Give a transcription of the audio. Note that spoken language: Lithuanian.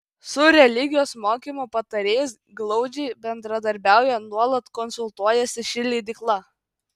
su religijos mokymo patarėjais glaudžiai bendradarbiauja nuolat konsultuojasi ši leidykla